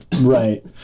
right